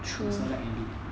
to select and bid it